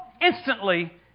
Instantly